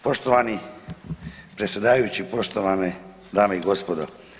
Poštovani predsjedavajući, poštovane dame i gospodo.